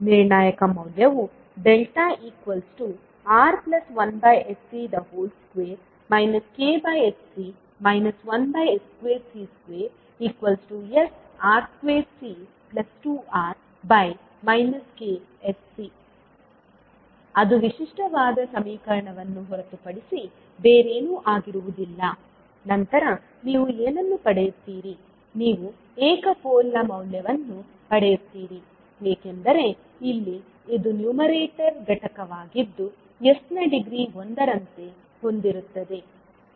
ನಿರ್ಣಾಯಕ ಮೌಲ್ಯವು ∆ R1sC2 ksC 1s2C2sR2C 2R k sC ಅದು ವಿಶಿಷ್ಟವಾದ ಸಮೀಕರಣವನ್ನು ಹೊರತುಪಡಿಸಿ ಬೇರೇನೂ ಆಗಿರುವುದಿಲ್ಲ ನಂತರ ನೀವು ಏನನ್ನು ಪಡೆಯುತ್ತೀರಿ ನೀವು ಏಕ ಪೋಲ್ನ ಮೌಲ್ಯವನ್ನು ಪಡೆಯುತ್ತೀರಿ ಏಕೆಂದರೆ ಇಲ್ಲಿ ಇದು ನ್ಯೂಮರೇಟರ್ ಘಟಕವಾಗಿದ್ದು s ನ ಡಿಗ್ರಿ 1 ರಂತೆ ಹೊಂದಿರುತ್ತದೆ